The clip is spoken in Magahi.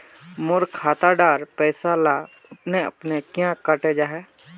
मोर खाता डार पैसा ला अपने अपने क्याँ कते जहा?